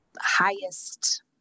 highest